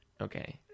Okay